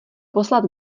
poslat